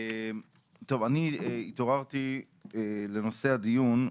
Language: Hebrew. אני התעוררתי לנושא הדיון,